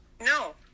no